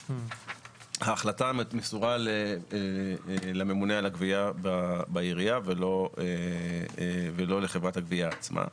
ההחלטה מסורה לממונה על הגבייה בעירייה ולא לחברת הגבייה עצמה.